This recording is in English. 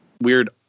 weird